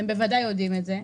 ואתם בוודאי יודעים את זה.